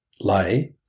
lay